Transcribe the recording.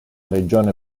regione